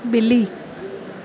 बि॒ली